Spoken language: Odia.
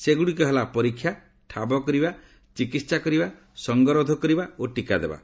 ସେଗୁଡ଼ିକ ହେଲା ପରୀକ୍ଷା ଠାବକରିବା ଚିକିତ୍ସା କରିବା ସଂଗରୋଧ କରିବା ଓ ଟିକାଦେବା